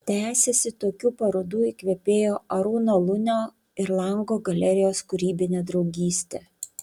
tęsiasi tokių parodų įkvėpėjo arūno lunio ir lango galerijos kūrybinė draugystė